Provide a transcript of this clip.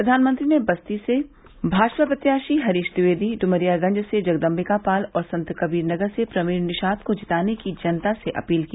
प्रघानमंत्री ने बस्ती से भाजपा प्रत्याशी हरीश ट्विवेदी डुमरियागंज से जगदम्बिका पाल और संतकबीर नगर से प्रवीण निषाद को जिताने की जनता से अपील की